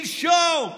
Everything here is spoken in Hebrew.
שלשום.